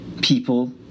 people